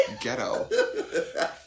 ghetto